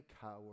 coward